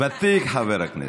יש זקנים ממני.